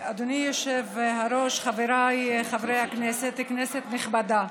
אדוני היושב-ראש, חבריי חברי הכנסת, כנסת נכבדה,